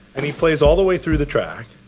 and he plays all the way through the track,